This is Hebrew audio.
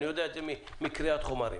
אני יודע את זה מקריאת חומרים,